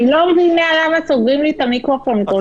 אני לא מבינה למה סוגרים לי את המיקרופון כל שנייה.